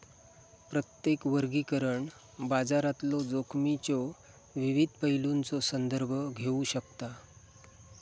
प्रत्येक वर्गीकरण बाजारातलो जोखमीच्यो विविध पैलूंचो संदर्भ घेऊ शकता